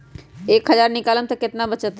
एक हज़ार निकालम त कितना वचत?